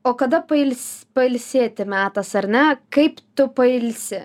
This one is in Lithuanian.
o kada pails pailsėti metas ar ne kaip tu pailsi